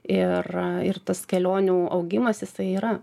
ir ir tas kelionių augimas jisai yra